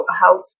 help